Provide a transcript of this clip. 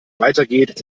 weitergeht